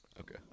Okay